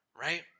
right